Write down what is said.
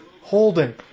Holding